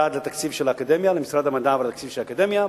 למשרד המדע ולתקציב האקדמיה,